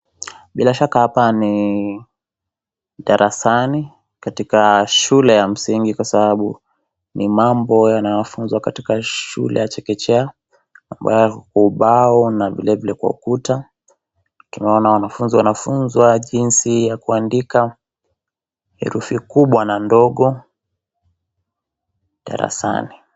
Bila shaka hapa ni darasani katika shule ya msingi kwa sababu ni mambo yanayofunzwa katika shule ya chekechea ubao na vilevile kwa ukuta, tunaona wanafunzi wanafunzwa jinsi ya kuandika herufi kubwa na ndogo darasani.